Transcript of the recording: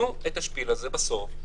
תנו את השפיל בסוף.